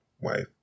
wife